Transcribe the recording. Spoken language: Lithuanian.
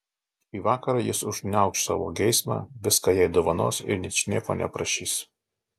šį vakarą jis užgniauš savo geismą viską jai dovanos ir ničnieko neprašys